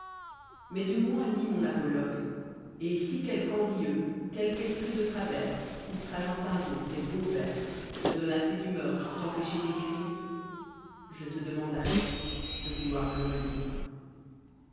mais du moins lis mon apologue et si quelque envieux quelque esprit de travers outrageant un jour tes beaux vers te donne assez d'humeur pour t'empêcher d'écrire je te demande alors de vouloir le relira